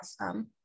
awesome